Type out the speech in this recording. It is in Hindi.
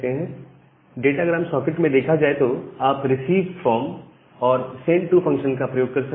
डाटा ग्राम सॉकेट में देखा जाए तो आप रिसीव फ्रॉम और सेंड टू फंक्शन का प्रयोग कर सकते हैं